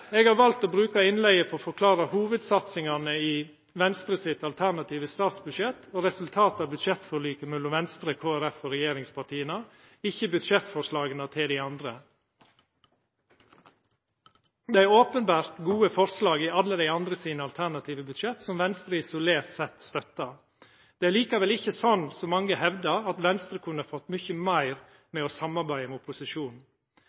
Eg har valt å bruka innlegget på å forklara hovudsatsingane i Venstre sitt alternative statsbudsjett og resultatet av budsjettforliket mellom Venstre, Kristeleg Folkeparti og regjeringspartia – ikkje på å snakka om budsjettforslaga til dei andre. Det er openbert gode forslag i alle dei andre sine alternative budsjett, som Venstre isolert sett støttar. Det er likevel ikkje sånn – som mange hevdar – at Venstre kunne fått mykje meir